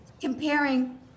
comparing